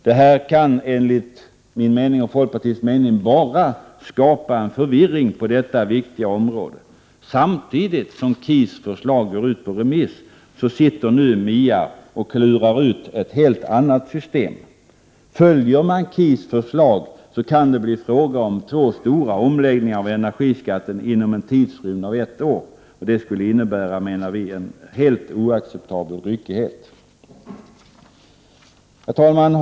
Detta kan, enligt min och folkpartiets mening, bara skapa förvirring på detta viktiga område. Samtidigt som KIS förslag går ut på remiss, klurar MIA ut ett helt annat system. Följer man KIS förslag kan det bli fråga om två stora omläggningar av energiskatten inom en tidsrymd av ett år. Det menar vi skulle innebära en helt oacceptabel ryckighet. Herr talman!